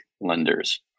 lenders